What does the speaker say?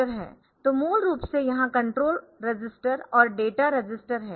तो मूल रूप से यहां कंट्रोल रजिस्टर और डेटा रजिस्टर है